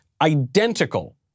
identical